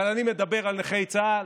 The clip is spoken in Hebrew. אבל אני מדבר על נכי צה"ל,